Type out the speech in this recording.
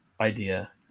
idea